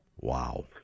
Wow